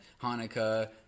Hanukkah